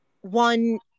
one